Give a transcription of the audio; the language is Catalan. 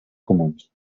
comuns